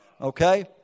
Okay